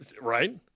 right